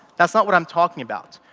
that's not what i'm talking about,